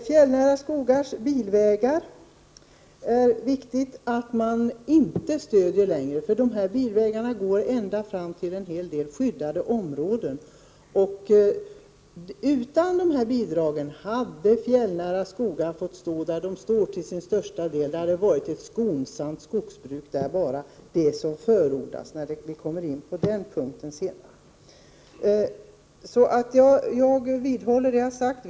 Herr talman! Bilvägar i fjällnära skogar är det viktigt att inte stödja längre, för dessa vägar går i en hel del fall ända fram till skyddade områden. Utan de här bidragen hade de fjällnära skogarna till största delen fått stå där de står. Det hade bara varit ett skonsamt skogsbruk där, och det är det vi förordar när vi kommer in på den punkten sedan. Jag vidhåller det jag har sagt.